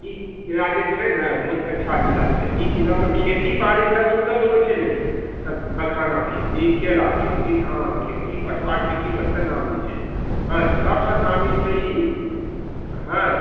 ई जिला जे छै ने बहुत अच्छा जिला छै ई जिलामे खेती बारी बड़ा सुन्दर होबइ छै लेकिन मखाना खेती केला खेती धान खेती पटुआ खेती नामी छै सबसँ नामी छै ई हँ